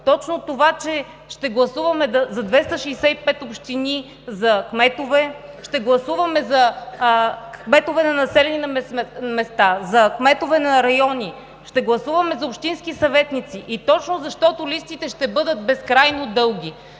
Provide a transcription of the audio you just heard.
точно това, че ще гласуваме за кметове в 265 общини, ще гласуваме за кметове на населени места, ще гласуваме за кметове на райони, ще гласуваме за общински съветници и точно, защото листите ще бъдат безкрайно дълги,